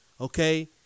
Okay